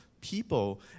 people